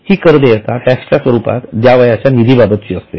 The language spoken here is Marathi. हि कर देयता टॅक्सच्या स्वरूपात द्यावयाच्या निधी बाबतची असते